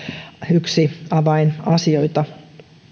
yksi avainasioita